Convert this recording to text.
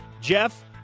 Jeff